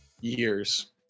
years